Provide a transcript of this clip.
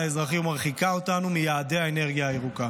האזרחים ומרחיקה אותנו מיעדי האנרגיה הירוקה.